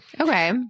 Okay